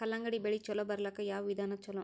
ಕಲ್ಲಂಗಡಿ ಬೆಳಿ ಚಲೋ ಬರಲಾಕ ಯಾವ ವಿಧಾನ ಚಲೋ?